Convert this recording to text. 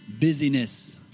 busyness